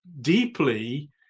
deeply